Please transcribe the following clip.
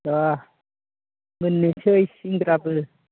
र' मोननोसै सिंग्राबो